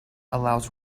allows